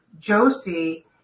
Josie